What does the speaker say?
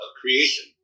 creation